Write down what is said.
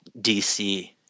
DC